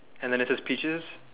and then it says peaches